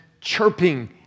chirping